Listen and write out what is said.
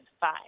five